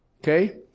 Okay